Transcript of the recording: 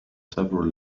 several